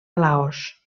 laos